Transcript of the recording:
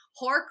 horcrux